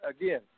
again